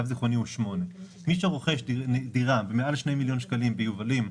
למיטב זכרוני הוא 8. מי שרוכש דירה במעל 2 מיליון שקלים ביובלים,